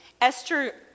Esther